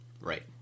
Right